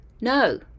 no